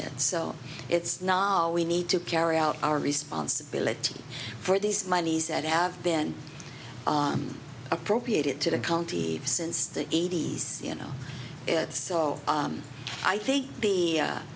it so it's not all we need to carry out our responsibility for these monies that have been appropriated to the county since the eighty's you know it's so i think the